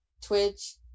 Twitch